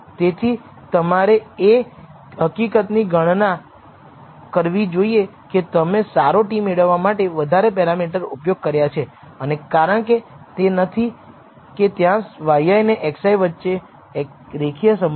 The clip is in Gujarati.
તેથી તમારે એ હકીકતની ગણના કરવી જોઈએ કે તમે સારો t મેળવવા માટે વધારે પેરામીટર ઉપયોગ કર્યા છે અને કારણ તે નથી કે ત્યાં yi અને xi વચ્ચે રેખીય સંબંધ છે